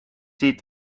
siit